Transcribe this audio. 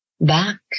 back